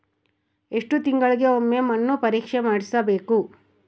ಎಷ್ಟು ತಿಂಗಳಿಗೆ ಒಮ್ಮೆ ಮಣ್ಣು ಪರೇಕ್ಷೆ ಮಾಡಿಸಬೇಕು?